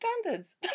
standards